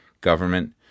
government